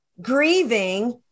grieving